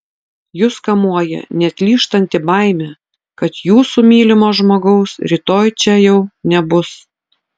jus kamuoja neatlyžtanti baimė kad jūsų mylimo žmogaus rytoj čia jau nebus